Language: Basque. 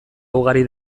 ugari